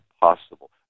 possible